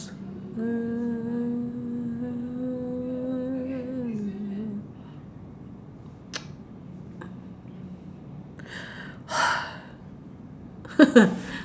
uh